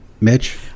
Mitch